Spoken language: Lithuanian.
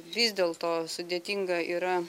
vis dėlto sudėtinga yra